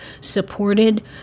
supported